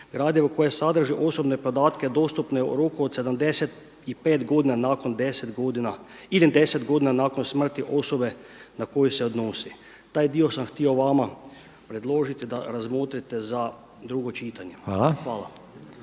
gradivo koje sadrži podatke dostupne u roku od 75 godina nakon 10 godina ili 10 godina nakon smrti osobe na koju se odnosi. Taj dio sam htio vama predložiti da razmotrite za drugo čitanje. Hvala.